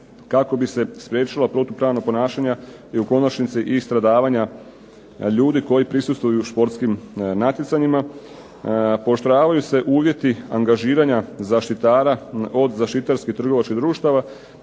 kako bi se spriječila protupravna ponašanja i u konačnici i stradavanja ljudi koji prisustvuju športskim natjecanjima. Pooštravaju se uvjeti angažiranja zaštitara od zaštitarskih trgovačkih društava.